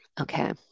Okay